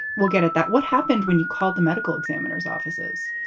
we'll get it. that what happened when you called the medical examiners offices?